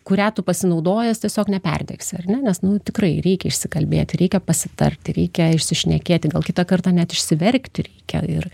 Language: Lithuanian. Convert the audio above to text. kuria tu pasinaudojęs tiesiog neperdegsi ar ne nes nu tikrai reikia išsikalbėti reikia pasitarti reikia išsišnekėti gal kitą kartą net išsiverkti reikia ir